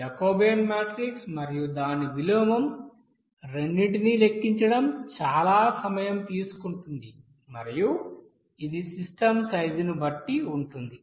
Jacobian matrix మరియు దాని విలోమం రెండింటినీ లెక్కించడం చాలా సమయం తీసుకుంటుంది మరియు అది సిస్టమ్ సైజు ని బట్టి ఉంటుంది